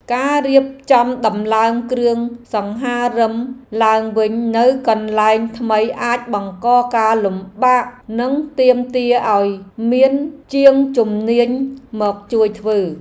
ការរៀបចំដំឡើងគ្រឿងសង្ហារិមឡើងវិញនៅកន្លែងថ្មីអាចបង្កការលំបាកនិងទាមទារឱ្យមានជាងជំនាញមកជួយធ្វើ។